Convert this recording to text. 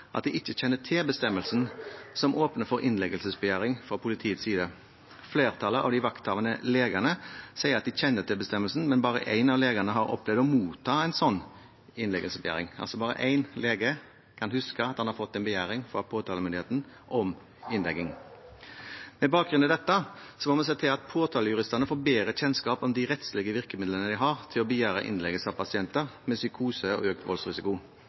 at de ikke kjenner til bestemmelsen som åpner for innleggelsesbegjæring fra politiets side. Flertallet av de vakthavende legene sier at de kjenner til bestemmelsen, men bare én av legene har opplevd å motta en slik innleggelsesbegjæring. Det er altså bare én lege som kan huske at han har fått en begjæring fra påtalemyndigheten om innlegging. Med bakgrunn i dette, må vi se til at påtalejuristene får bedre kjennskap om de rettslige virkemidlene de har til å begjære innleggelse av pasienter med psykose og økt voldsrisiko.